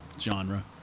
genre